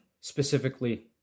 specifically